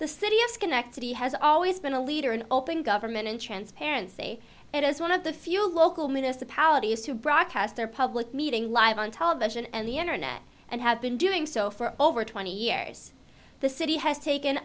the city of schenectady has always been a leader in open government and transparency and as one of the few local municipalities who broadcast their public meeting live on television and the internet and have been doing so for over twenty years the city has taken